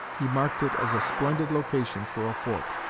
he marked it as a splendid location for a fort,